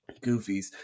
Goofies